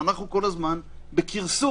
אנחנו כל הזמן בכרסום.